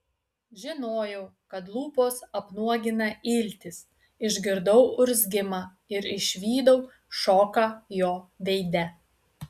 žinojau kad lūpos apnuogina iltis išgirdau urzgimą ir išvydau šoką jo veide